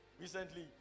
Recently